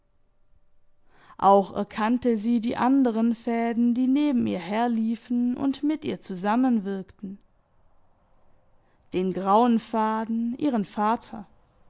auch erkannte sie die anderen fäden die neben ihr herliefen und mit ihr zusammen wirkten den grauen faden ihren vater